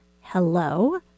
hello